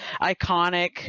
iconic